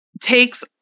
takes